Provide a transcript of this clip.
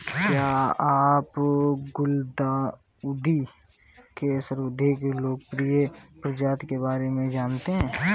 क्या आप गुलदाउदी के सर्वाधिक लोकप्रिय प्रजाति के बारे में जानते हैं?